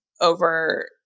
over